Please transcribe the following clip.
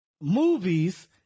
movies